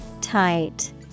Tight